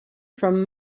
from